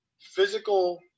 physical